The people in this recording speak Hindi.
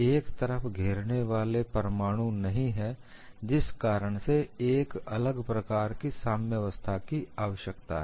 एक तरफ घेरने वाले परमाणु नहीं है जिस कारण से एक अलग प्रकार की साम्यवस्था की आवश्यकता है